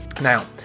Now